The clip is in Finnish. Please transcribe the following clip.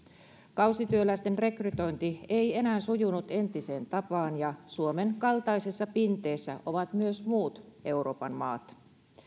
kausityöläisten rekrytointi ei enää sujunut entiseen tapaan ja suomen kaltaisessa pinteessä ovat myös muut euroopan maat